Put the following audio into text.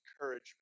encouragement